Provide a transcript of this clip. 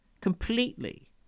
completely